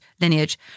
lineage